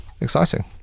Exciting